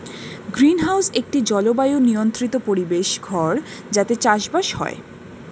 greenhouse একটি জলবায়ু নিয়ন্ত্রিত পরিবেশ ঘর যাতে চাষবাস হয়